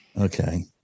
Okay